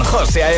José